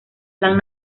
plan